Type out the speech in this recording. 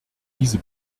diese